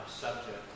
subject